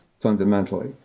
fundamentally